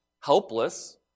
Helpless